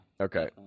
Okay